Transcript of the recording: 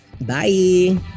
bye